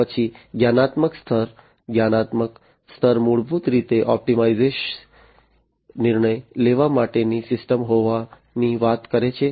અને પછી જ્ઞાનાત્મક સ્તર જ્ઞાનાત્મક સ્તર મૂળભૂત રીતે ઑપ્ટિમાઇઝ નિર્ણય લેવા માટેની સિસ્ટમો હોવાની વાત કરે છે